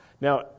Now